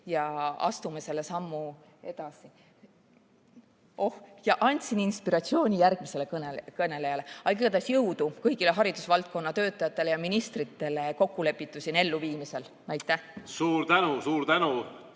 Astume selle sammu edasi. Oh, ma andsin inspiratsiooni järgmisele kõnelejale. Igatahes jõudu kõigile haridusvaldkonna töötajatele ja ministritele kokkulepitu elluviimisel! Aitäh! Suur tänu!